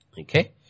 Okay